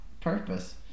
purpose